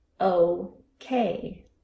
okay